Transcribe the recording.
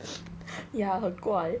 ya 很怪